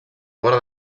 fora